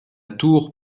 tour